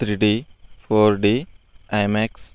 three D four D IMAX